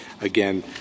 again